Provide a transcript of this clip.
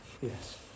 Yes